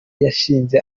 yashinze